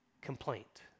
complaint